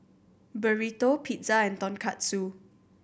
Burrito Pizza and Tonkatsu